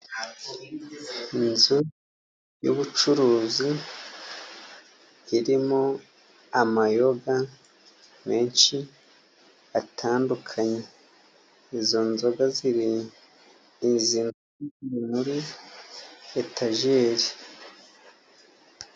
Inzu y'ubucuruzi irimo amayoga menshi, atandukanye izo nzoga ziri muri etageri.